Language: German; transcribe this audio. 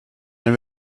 ein